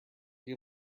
you